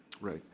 Right